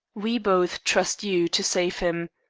we both trust you to save him.